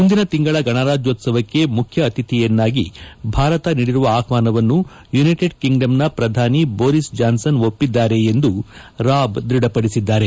ಮುಂದಿನ ತಿಂಗಳ ಗಣರಾಜ್ಯೋತ್ಸವಕ್ಕೆ ಮುಖ್ಯ ಅತಿಥಿಯನ್ನಾಗಿ ಭಾರತ ನೀಡಿರುವ ಆಹ್ವಾನವನ್ನು ಯುನೈಟೆಡ್ ಕಿಂಗ್ಡಮ್ ಪ್ರಧಾನಿ ಬೋರಿಸ್ ಜಾನ್ಸನ್ ಒಪ್ಪಿದ್ದಾರೆ ಎಂದು ರಾಬ್ ದೃಢಪಡಿಸಿದ್ದಾರೆ